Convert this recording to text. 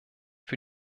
für